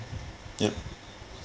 yup